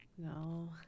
No